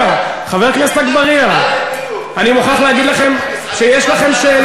לומר לכם, יש לכם שאלות